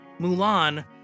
Mulan